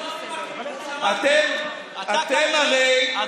לא לחיות בשלום עם הכיבוש.